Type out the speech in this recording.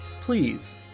please